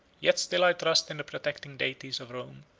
yet still i trust in the protecting deities of rome,